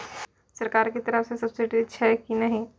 सरकार के तरफ से सब्सीडी छै कि नहिं?